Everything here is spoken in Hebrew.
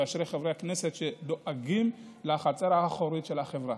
ואשרי חברי הכנסת שדואגים לחצר האחורית של החברה.